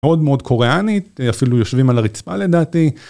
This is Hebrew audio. מאוד מאוד קוריאנית אפילו יושבים על הרצפה לדעתי.